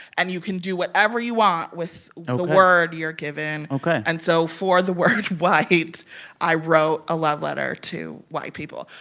and you can do whatever you want with the word you're given ok and so for the word white, i wrote a love letter to white people.